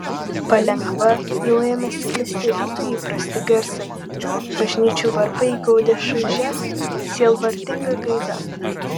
palengva jau ėmė sklisti rytui įprasti garsai bažnyčių varpai gaudė šaižia sielvartinga gaida